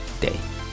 day